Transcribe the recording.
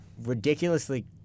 ridiculously